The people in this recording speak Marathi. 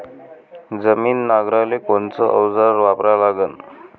जमीन नांगराले कोनचं अवजार वापरा लागन?